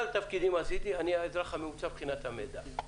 התפקידים שעשיתי אני האזרח הממוצע מבחינת המידע.